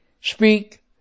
speak